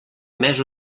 més